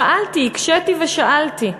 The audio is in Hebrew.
שאלתי, הקשיתי ושאלתי,